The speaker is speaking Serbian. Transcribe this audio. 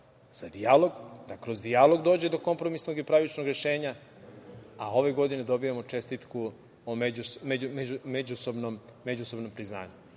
za dijalog, da kroz dijalog dođe do kompromisnog i pravičnog rešenja, a ove godine dobijamo čestitku o međusobnom priznanju.